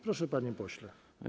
Proszę, panie pośle.